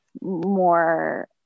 more